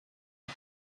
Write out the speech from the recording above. est